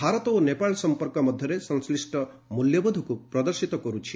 ଭାରତ ଓ ନେପାଳ ସଂପର୍କ ମଧ୍ୟରେ ସଂଶ୍ଳିଷ୍ଟ ମୂଲ୍ୟବୋଧକୁ ପ୍ରଦର୍ଶିତ କରୁଛି